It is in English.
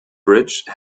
bridge